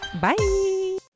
bye